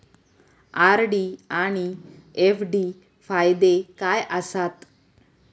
RD आनि FD फायदे काय आसात?